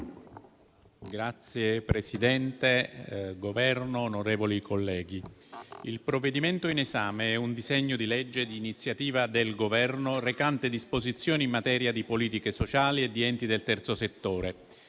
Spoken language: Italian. rappresentante del Governo, onorevoli colleghi, il provvedimento in esame è un disegno di legge di iniziativa del Governo recante disposizioni in materia di politiche sociali e di enti del terzo settore,